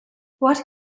what